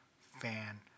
fan